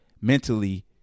mentally